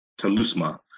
Talusma